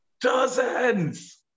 Dozens